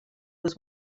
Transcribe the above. was